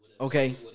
Okay